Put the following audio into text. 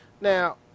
Now